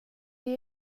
det